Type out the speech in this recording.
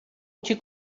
آنکه